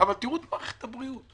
אבל תראו את מערכת הבריאות,